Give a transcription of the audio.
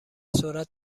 سرعت